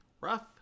Rough